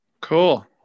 Cool